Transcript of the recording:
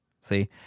see